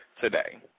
today